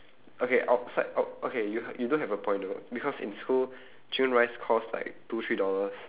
okay outside out~ okay you h~ you do have a point though because in school chicken rice costs like two three dollars